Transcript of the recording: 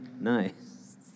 nice